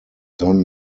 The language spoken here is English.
don